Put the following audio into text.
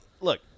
Look